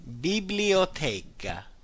Biblioteca